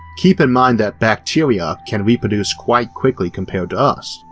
keep in mind that bacteria can reproduce quite quickly compared to us,